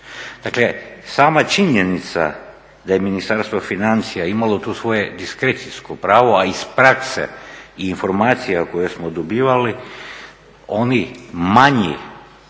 Dakle, sama činjenica da je Ministarstvo financija imalo tu svoje diskrecijsko pravo a iz prakse i informacija koje smo dobivali oni manji